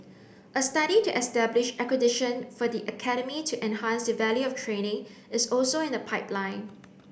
a study to establish accreditation for the academy to enhance the value of training is also in the pipeline